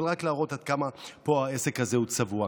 אבל רק להראות עד כמה פה העסק הזה הוא צבוע.